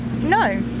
No